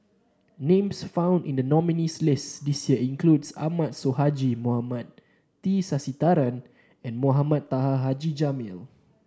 names found in the nominees' list this year include Ahmad Sonhadji Mohamad T Sasitharan and Mohamed Taha Haji Jamil